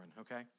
okay